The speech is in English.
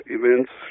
events